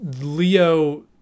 Leo